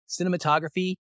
Cinematography